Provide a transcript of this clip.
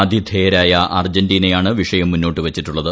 ആതിഥേയരായ ആർജന്റീനയാണ് വിഷയം മുന്നോട്ടുവച്ചിട്ടുള്ളത്